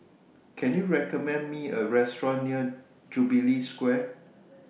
Can YOU recommend Me A Restaurant near Jubilee Square